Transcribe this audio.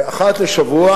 אחת לשבוע